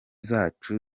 zacu